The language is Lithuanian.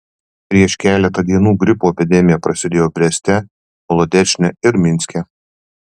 prieš keletą dienų gripo epidemija prasidėjo breste molodečne ir minske